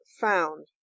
found